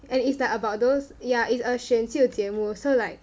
and it's like about those yeah it's a 选秀节目 so like